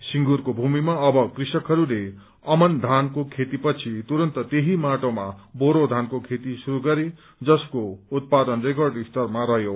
सिंगूरको भूमिमा अब कृषकहरूले अमन धानको खेतीपछि तुरन्त त्यही माटोमा बोरो धानको खेती शुरू गरे जसको उत्पादन रेकर्ड स्तरमा रहयो